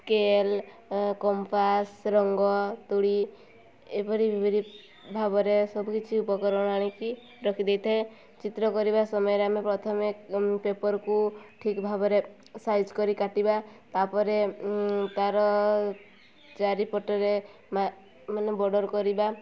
scale compass ରଙ୍ଗ ତୂଳୀ ଏହିପରି ପରି ଭାବରେ ସବୁ କିଛି ଉପକରଣ ଆଣିକି ରଖିଦେଇଥାଏ ଚିତ୍ର କରିବା ସମୟରେ ଆମେ ପ୍ରଥମେ ପେପର୍କୁ ଠିକ୍ ଭାବରେ ସାଇଜ୍ କରି କାଟିବା ତା'ପରେ ତା'ର ଚାରିପଟରେ ମାନେ ବର୍ଡ଼ର୍ କରିବା